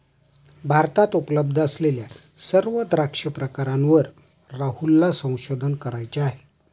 भारतात उपलब्ध असलेल्या सर्व द्राक्ष प्रकारांवर राहुलला संशोधन करायचे आहे